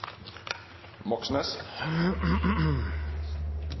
Moxnes